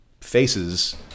faces